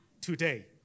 today